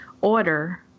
order